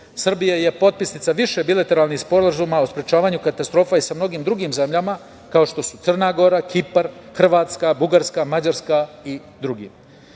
Srbija je potpisnica više bilateralnih sporazuma o sprečavanju katastrofa i sa mnogim drugim zemljama, kao što su Crna Gora, Kipar, Hrvatska, Bugarska, Mađarska i